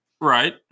Right